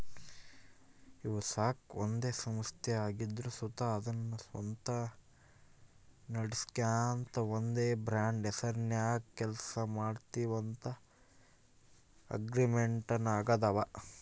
ಇವು ನಾಕು ಒಂದೇ ಸಂಸ್ಥೆ ಆಗಿದ್ರು ಸುತ ಅದುನ್ನ ಸ್ವಂತ ನಡಿಸ್ಗಾಂತ ಒಂದೇ ಬ್ರಾಂಡ್ ಹೆಸರ್ನಾಗ ಕೆಲ್ಸ ಮಾಡ್ತೀವಂತ ಅಗ್ರಿಮೆಂಟಿನಾಗಾದವ